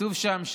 כתוב שם: